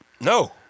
No